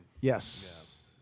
yes